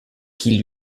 qui